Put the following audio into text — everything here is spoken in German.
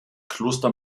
kloster